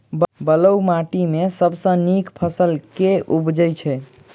बलुई माटि मे सबसँ नीक फसल केँ उबजई छै?